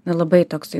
labai toksai